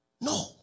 No